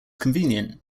convenient